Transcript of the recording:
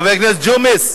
חבר הכנסת ג'ומס,